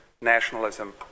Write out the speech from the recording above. nationalism